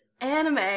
anime